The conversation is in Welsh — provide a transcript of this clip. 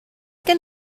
gen